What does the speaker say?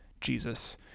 Jesus